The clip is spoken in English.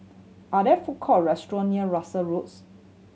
are there food court restaurant near Russel Roads